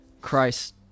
Christ